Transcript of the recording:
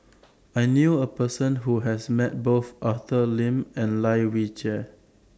I knew A Person Who has Met Both Arthur Lim and Lai Weijie